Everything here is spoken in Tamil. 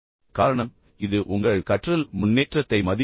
காரணம் இது உங்கள் கற்றல் முன்னேற்றத்தை மதிப்பிட உதவும்